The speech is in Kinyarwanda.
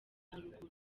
haruguru